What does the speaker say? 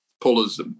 pullers